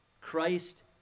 Christ